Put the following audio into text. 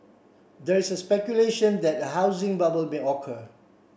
there is speculation that a housing bubble may occur